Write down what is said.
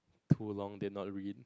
too long did not read